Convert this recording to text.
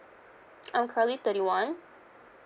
I'm currently thirty one